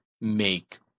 make